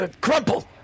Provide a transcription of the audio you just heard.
Crumple